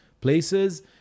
places